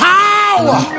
power